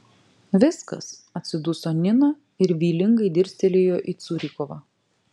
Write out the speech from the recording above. viskas atsiduso nina ir vylingai dirstelėjo į curikovą